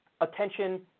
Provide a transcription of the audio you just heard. attention